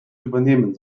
übernehmen